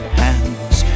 hands